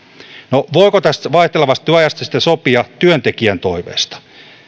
no voiko tästä vaihtelevasta työajasta sitten sopia työntekijän toiveesta